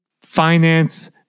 finance